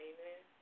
Amen